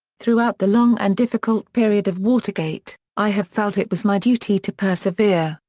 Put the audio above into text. throughout the long and difficult period of watergate, i have felt it was my duty to persevere,